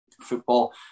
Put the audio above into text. football